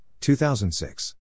2006